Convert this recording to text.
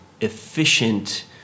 efficient